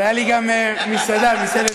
הייתה לי גם מסעדת בשרים,